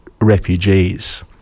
refugees